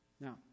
Now